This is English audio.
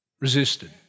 resisted